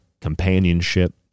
companionship